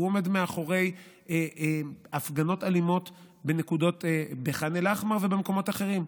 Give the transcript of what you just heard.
הוא עומד מאחורי הפגנות אלימות בנקודות בח'אן אל-אחמר ובמקומות אחרים.